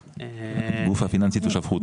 הגוף הפיננסי תושב חוץ.